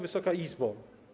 Wysoka Izbo!